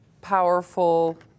powerful